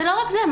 זה לא רק זה,